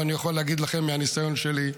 ואני יכול להגיד לכם מהניסיון שלי,